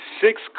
six